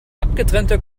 abgetrennte